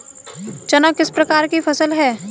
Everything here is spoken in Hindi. चना किस प्रकार की फसल है?